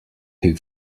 who